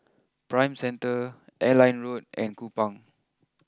Prime Centre Airline Road and Kupang